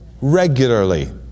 regularly